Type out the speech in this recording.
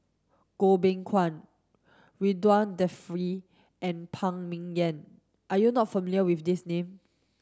Goh Beng Kwan Ridzwan Dzafir and Phan Ming Yen are you not familiar with these names